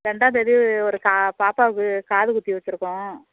ரெண்டாம்தேதி ஒரு கா பாப்பாவுக்கு காதுக்குத்தி வச்சுருக்கோம்